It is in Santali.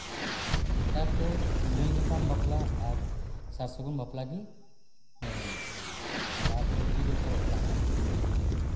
ᱱᱮᱛᱟᱨ ᱫᱚ ᱠᱚᱸᱰᱮᱞ ᱧᱟᱯᱟᱢ ᱵᱟᱯᱞᱟ ᱟᱨ ᱥᱟᱨᱼᱥᱟᱹᱜᱩᱱ ᱵᱟᱯᱞᱟᱜᱮ ᱧᱮᱞ ᱧᱟᱢᱚᱜ ᱠᱟᱱᱟ ᱟᱨ ᱞᱟᱦᱟ ᱫᱚ ᱤᱫᱤ ᱜᱚᱥᱚ ᱵᱟᱯᱞᱟ ᱦᱚᱸ ᱛᱟᱦᱮᱸ ᱠᱟᱱᱟ